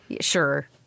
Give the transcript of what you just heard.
Sure